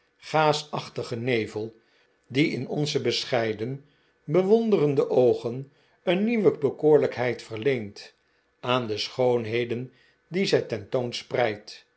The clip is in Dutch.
gaasachtige nevel die in onze bescheiden bewonderende oogen een nieuwe bekoorlijkheid verleen aan de schoonheden die zij